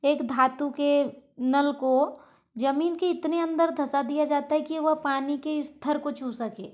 एक धातु के नल को जमीन के इतने अंदर धंसा दिया जाता है कि वह पानी के स्तर को छू सके